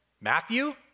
Matthew